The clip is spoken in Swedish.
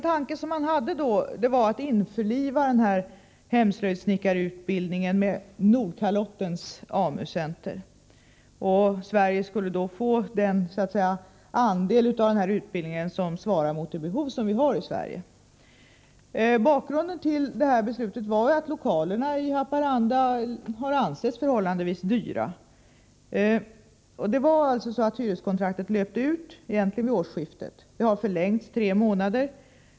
Tanken var att man skulle införliva hemslöjdssnickarutbildningen med utbildningen vid Nordkalottens AMU center. Sverige skulle då få en andel av den här utbildningen som svarade mot det behov vi har i landet. Bakgrunden till beslutet var att lokalerna i Haparanda ansågs vara förhållandevis dyra. Hyreskontraktet löpte egentligen ut vid årsskiftet, men det har förlängts med tre månader.